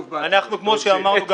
כמו שאמרנו.